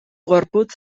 gorputz